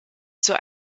zur